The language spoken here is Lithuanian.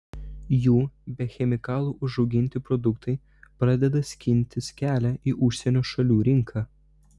jų be chemikalų užauginti produktai pradeda skintis kelią į užsienio šalių rinką